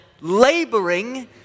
laboring